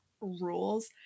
rules